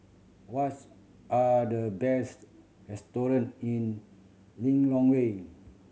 what's are the best restaurant in Lilongwe